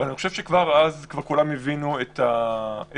אני חושב שכבר אז כולם הבינו את הפוטנציאל,